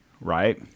right